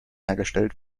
hergestellt